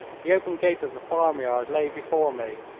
the open gate of the farm-yard lay before me.